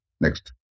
Next